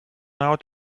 out